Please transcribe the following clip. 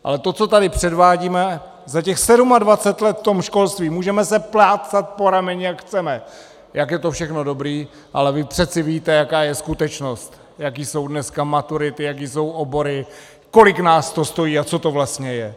Ale to, co tady předvádíme za těch 27 let v tom školství, můžeme se plácat po rameni, jak chceme, jak je to všechno dobré, ale vy přece víte, jaká je skutečnost, jaké jsou dneska maturity, jaké jsou obory, kolik nás to stojí a co to vlastně je.